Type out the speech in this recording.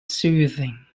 soothing